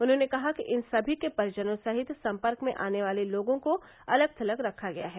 उन्होंने कहा कि इन सभी के परिजनों सहित संपर्क में आने वालों को अलग थलग रखा गया है